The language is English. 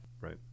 Right